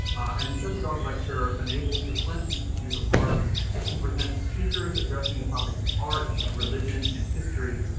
and the sheppy dog lecture enables the flint institute of arts to present speakers addressing the topics of art, religion, and history,